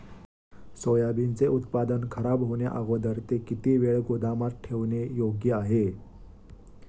सोयाबीनचे उत्पादन खराब होण्याअगोदर ते किती वेळ गोदामात ठेवणे योग्य आहे?